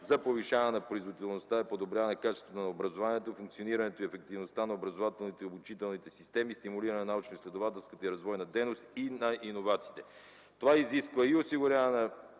за повишаване на производителността е подобряване качеството на образованието, функционирането и ефективността на образователните и обучителните системи, стимулиране на научно-изследователската и развойна дейност и на иновациите. Това изисква и осигуряване на